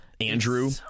Andrew